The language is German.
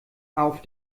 auf